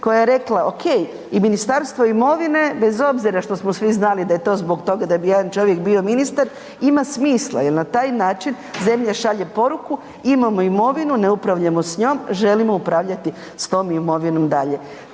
koja je rekla ok, i Ministarstvo imovine bez obzira što smo svi znali da je to zbog toga da bi jedan čovjek bio ministar ima smisla jer na taj način zemlja šalje poruku, imamo imovinu ne upravljamo s njom, želimo upravljati s tom imovinom dalje,